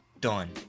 done